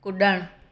कुॾणु